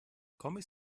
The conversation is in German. kombis